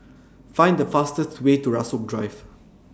Find The fastest Way to Rasok Drive